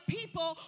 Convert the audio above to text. people